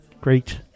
great